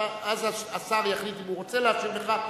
אז השר יחליט אם הוא רוצה להשיב לך,